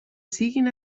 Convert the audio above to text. siguin